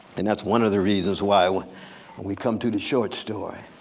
and that's one of the reasons why when we come to the short story